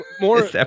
More